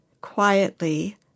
quietly